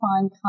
find